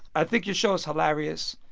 i think your show is hilarious.